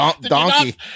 donkey